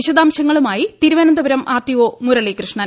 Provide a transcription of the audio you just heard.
വിശദാംശങ്ങളുമായി തിരുവനന്തപുര ആർടിഒ മുരളീകൃഷ്ണൻ